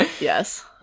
Yes